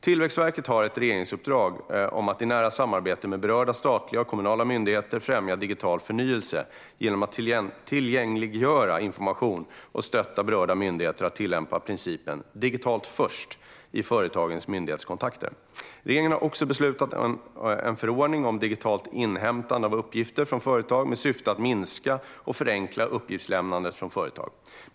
Tillväxtverket har ett regeringsuppdrag om att i nära samarbete med berörda statliga och kommunala myndigheter främja digital förnyelse genom att tillgängliggöra information och stötta berörda myndigheter att tillämpa principen digitalt först i företagens myndighetskontakter. Regeringen har också beslutat om en förordning om digitalt inhämtande av uppgifter från företag. Syftet är att minska och förenkla uppgiftslämnandet från företag.